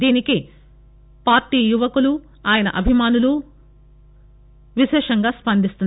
దీనికి పార్టీ యువకులు ఆయన అభిమానులు విశేషంగా స్పందిస్తున్నారు